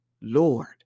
Lord